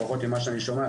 לפחות ממה שאני שומע,